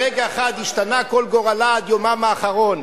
ברגע אחד השתנה כל גורלה עד יומה האחרון.